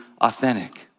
authentic